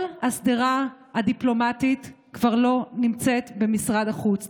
כל השדרה הדיפלומטית כבר לא נמצאת במשרד החוץ.